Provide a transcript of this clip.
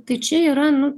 tai čia yra nu